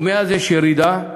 ומאז יש ירידה,